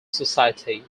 society